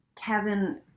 Kevin